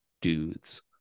dudes